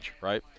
right